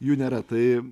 jų nėra tai